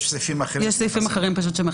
יש לנו מענה לזה --- יש סעיפים אחרים שנותנים